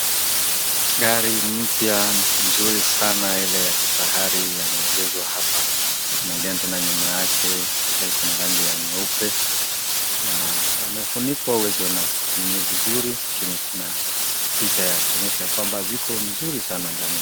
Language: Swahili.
Gari mpya nzuri sana ile ya kifahari yameegezwa hapa. Naangalia tena nyuma yake ile iko na rangi ya nyeupe na imefunikwa huwezi ona ndani vizuri lakini kuna picha ya kuonyesha kwamba ziko mzuri sana ndani.